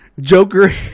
Joker